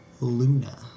Luna